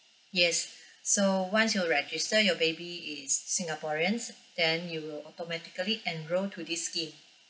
yes so once you register your baby is singaporeans then you will automatically enrolled to this scheme